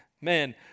Man